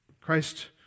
Christ